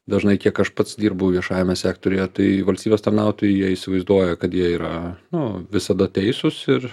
dažnai kiek aš pats dirbu viešajame sektoriuje tai valstybės tarnautojai jie įsivaizduoja kad jie yra nu visada teisūs ir